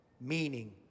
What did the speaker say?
meaning